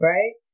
Right